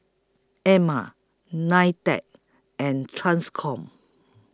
Ema NITEC and TRANSCOM